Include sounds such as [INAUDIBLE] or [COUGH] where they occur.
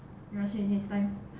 你要去 next time [LAUGHS]